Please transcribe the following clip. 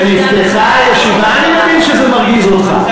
כשנפתחה הישיבה, אני מבין שזה מרגיז אותך.